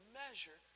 measure